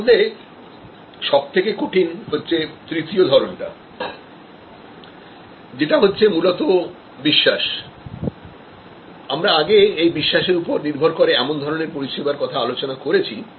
এর মধ্যে সবথেকে কঠিন হচ্ছেতৃতীয় ধরনটা যেটা হচ্ছে মূলত বিশ্বাস আমরা আগে এই বিশ্বাসের উপর নির্ভর করে এমন ধরনের পরিষেবার কথা আলোচনা করেছি